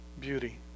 beauty